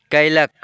कयलक